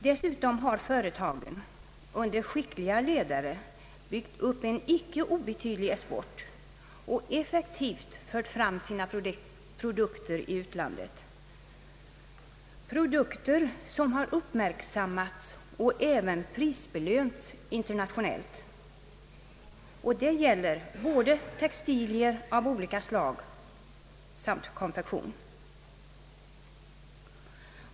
Dessutom har företagen under skickliga ledare byggt upp en icke obetydlig export och effektivt fört fram sina produkter i utlandet, produkter som uppmärksammats och även prisbelönats internationellt — det gäller både textilier av olika slag och konfektion.